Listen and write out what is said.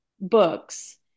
books